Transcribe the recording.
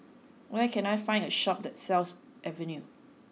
where can I find a shop that sells Avene